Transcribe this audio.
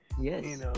Yes